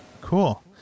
Cool